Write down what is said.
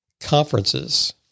Conferences